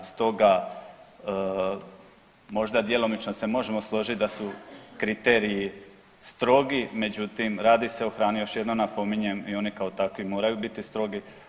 Stoga možda djelomično se možemo složiti da su kriteriji strogi međutim radi se o hrani još jednom napominjem i oni kao takvi moraju biti strogi.